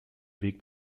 weg